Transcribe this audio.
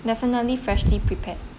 definitely freshly prepared